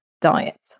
diet